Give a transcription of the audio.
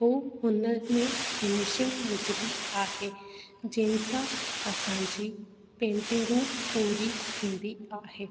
पोइ हुन में फ़िनीशिंग विझिबी आहे जंहिं सां असांजी पेंटिंगू पूरी थींदी आहे